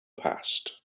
passed